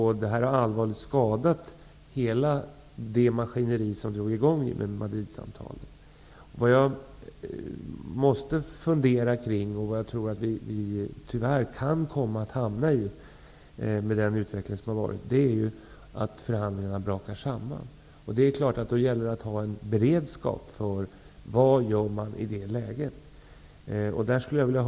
Det har allvarligt skadat hela det maskineri som drogs i gång genom Med den utveckling som har varit tror jag att vi tyvärr kan komma att hamna i det läge att förhandlingarna brakar samman. Det gäller då att ha en beredskap för vad man i det läget skall göra.